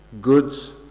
goods